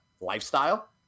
lifestyle